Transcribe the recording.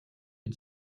est